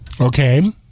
Okay